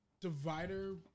Divider